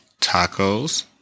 tacos